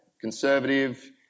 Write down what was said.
conservative